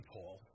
Paul